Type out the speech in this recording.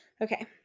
Okay